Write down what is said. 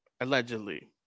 allegedly